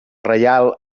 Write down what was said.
reial